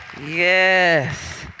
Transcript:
Yes